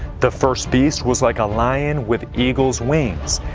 the first beast was like a lion with eagle's wings.